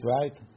right